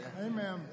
Amen